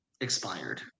expired